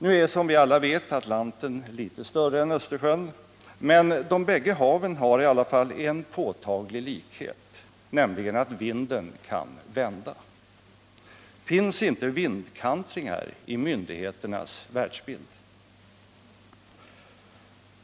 Nu är som vi alla vet Atlanten litet större än Östersjön, men de bägge haven har i alla fall en påtaglig likhet, nämligen att vinden kan vända! Finns inte vindkantringar i myndigheternas världsbild?